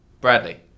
Bradley